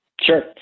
Sure